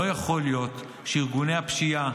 לא יכול להיות שארגוני הפשיעה